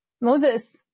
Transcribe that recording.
Moses